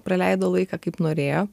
praleido laiką kaip norėjo